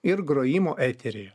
ir grojimo eteryje